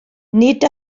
nid